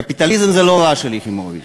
קפיטליזם זה לא רע, שלי יחימוביץ.